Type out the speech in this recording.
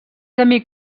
amic